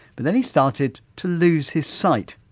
but then he started to lose his sight.